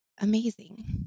amazing